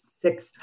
Six